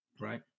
Right